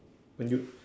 when you